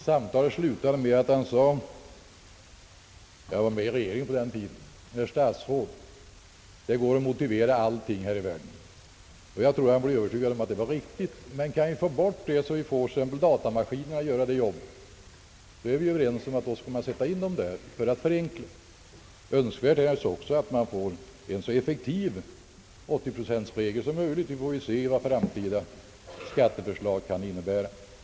Samtalet slutade med att han sade — jag var med i regeringen på den tiden —: Herr statsråd, det går att motivera allting här i världen! Jag är säker på att det var riktigt, men kan vi få datamaskinerna att göra detta jobb, är vi överens om att man bör sätta in dem för att förenkla. Det är också önskvärt att man får en så effektiv 80-procentregel som möjligt. Vi får väl se vad framtida skatteförslag kan innebära.